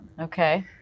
okay